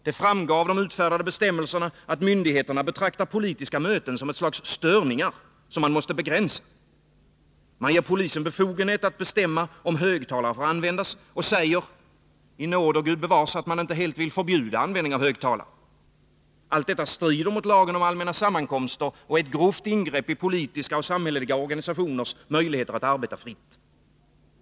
Det framgår av de utfärdade bestämmelserna att myndigheterna betraktar politiska möten som ett slags störningar, som måste begränsas. Man ger polisen befogenhet att bestämma om högtalare får användas och säger — i nåder, Gud bevars — att man inte helt vill förbjuda användning av högtalare. Allt detta strider mot lagen om allmänna sammankomster och är ett grovt ingrepp i politiska och samhälleliga organisationers möjligheter att arbeta fritt.